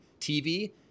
TV